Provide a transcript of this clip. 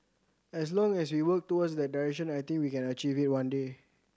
as long as we work towards that direction I think we can achieve it one day